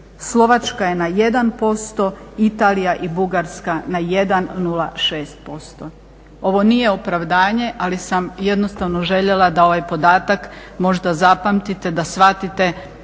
Slovačka je na 1%, Italija i Bugarska na 1,06%. Ovo nije opravdanje ali sam jednostavno željela da ovaj podatak možda zapamtite da shvatite